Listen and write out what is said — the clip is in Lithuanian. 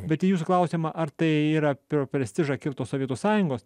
bet į jūsų klausimą ar tai yra per prestižą kirto sovietų sąjungos